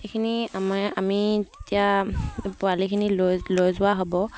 সেইখিনি আমাৰ আমি তেতিয়া পোৱালিখিনি লৈ লৈ যোৱা হ'ব